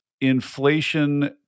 inflation